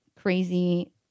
crazy